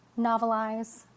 novelize